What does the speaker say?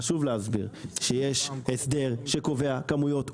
חשוב להסביר שיש הסדר שקובע כמויות,